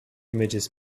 images